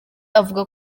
avuga